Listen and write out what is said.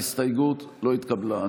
ההסתייגות לא התקבלה.